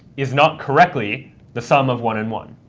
is not correctly the sum of one and one.